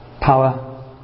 power